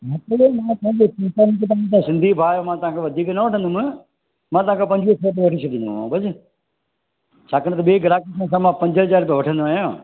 कम से कम तव्हां सिंधी भावर आयो मां तव्हांखा वधीक न वठंदम मां तव्हांखा पंजवीह सौ रुपया वठीं छॾदो मांव बस छाकण त ॿिए ग्राहक खां मां पंज ह्ज़ार रुपया वठंदो आया